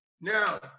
Now